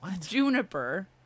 Juniper